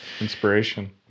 inspiration